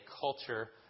culture